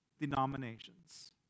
denominations